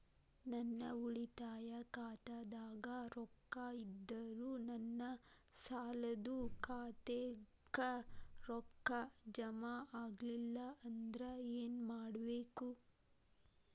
ನನ್ನ ಉಳಿತಾಯ ಖಾತಾದಾಗ ರೊಕ್ಕ ಇದ್ದರೂ ನನ್ನ ಸಾಲದು ಖಾತೆಕ್ಕ ರೊಕ್ಕ ಜಮ ಆಗ್ಲಿಲ್ಲ ಅಂದ್ರ ಏನು ಮಾಡಬೇಕು?